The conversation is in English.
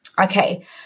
Okay